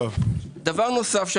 בנוסף,